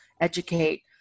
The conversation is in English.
educate